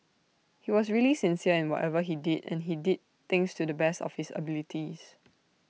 he was really sincere in whatever he did and he did things to the best of his abilities